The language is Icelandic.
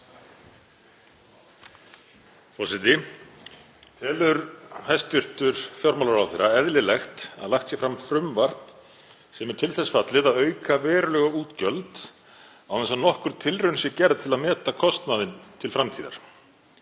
Forseti. Telur hæstv. fjármálaráðherra eðlilegt að lagt sé fram frumvarp sem er til þess fallið að auka verulega útgjöld án þess að nokkur tilraun sé gerð til að meta kostnaðinn til framtíðar?